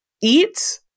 eat